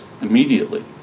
immediately